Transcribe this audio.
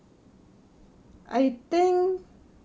I think